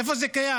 איפה זה קיים?